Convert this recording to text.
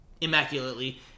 immaculately